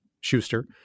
Schuster